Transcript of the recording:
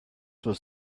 was